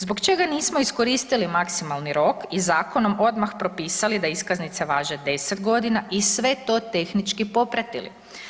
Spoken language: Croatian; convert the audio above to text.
Zbog čega nismo iskoristili maksimalni rok i zakonom odmah propisali da iskaznice važe 10.g. i sve to tehnički popratili?